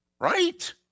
Right